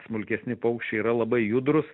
smulkesni paukščiai yra labai judrūs